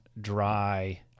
dry